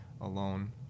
alone